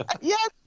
yes